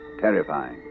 terrifying